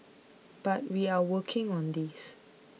but we are working on this